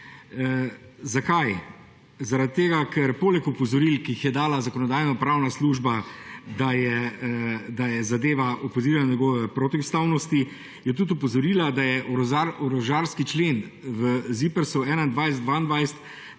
Zakaj? Zaradi tega ker poleg opozoril, ki jih je dala Zakonodajno-pravna služba, da je zadeva proti ustavnosti, je tudi opozorila, da je orožarski člen v ZIPRS 2021−2022